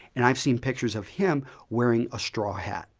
and iive seen pictures of him wearing a straw hat.